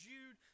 Jude